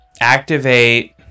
activate